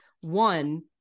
One